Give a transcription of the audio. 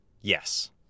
Yes